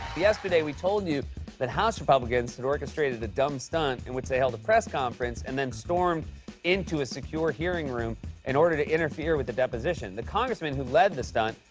yesterday, we told you that house republicans had orchestrated the dumb stunt in which they held a press conference and then stormed into a secure hearing room in order to interfere with the deposition. the congressman who led the stunt,